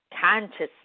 consciously